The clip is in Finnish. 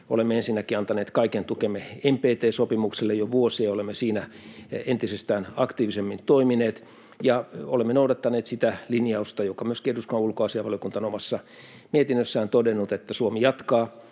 Olemme ensinnäkin antaneet kaiken tukemme NPT-sopimukselle. Jo vuosia olemme siinä entistä aktiivisemmin toimineet, ja olemme noudattaneet sitä linjausta, jonka myöskin eduskunnan ulkoasiainvaliokunta on omassa mietinnössään todennut, että Suomi jatkaa